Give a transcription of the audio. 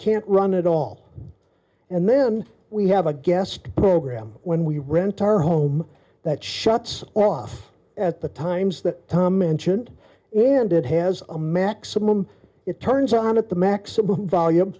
can't run it all and then we have a guest program when we rent our home that shuts off at the times that tom mentioned it and it has a maximum it turns on at the maximum volume